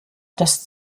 dass